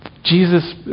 Jesus